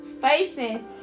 facing